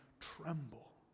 tremble